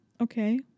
Okay